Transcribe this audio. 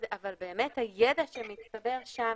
אבל באמת הידע שמצטבר שם,